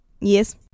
Yes